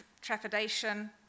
trepidation